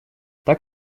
так